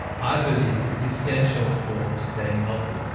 i believe is essential for staying healthy,